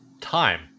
time